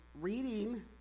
reading